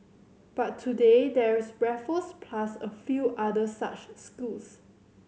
but today there is Raffles plus a few other such schools